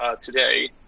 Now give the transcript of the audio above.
today